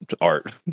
art